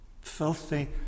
Filthy